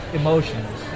emotions